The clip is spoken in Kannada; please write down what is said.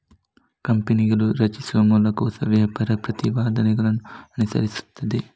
ಕಂಪನಿಗಳನ್ನು ರಚಿಸುವ ಮೂಲಕ ಹೊಸ ವ್ಯಾಪಾರ ಪ್ರತಿಪಾದನೆಗಳನ್ನು ಅನುಸರಿಸುತ್ತದೆ